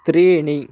त्रीणि